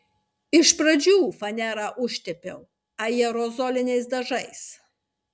iš pradžių fanerą užtepiau aerozoliniais dažais